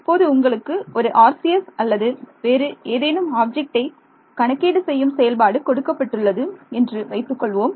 இப்போது உங்களுக்கு ஒரு RCS அல்லது வேறு ஏதேனும் ஆப்ஜெக்ட்டை கணக்கீடு செய்யும் செயல்பாடு கொடுக்கப்பட்டுள்ளது என்று வைத்துக் கொள்வோம்